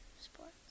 sports